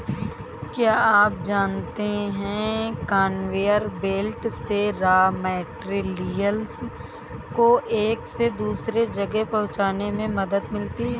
क्या आप जानते है कन्वेयर बेल्ट से रॉ मैटेरियल्स को एक से दूसरे जगह पहुंचने में मदद मिलती है?